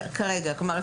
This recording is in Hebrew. כלומר,